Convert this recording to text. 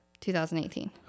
2018